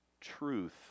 truth